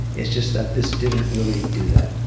it's just that this didn't really do that.